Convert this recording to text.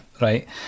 right